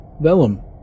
Vellum